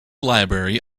library